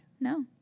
No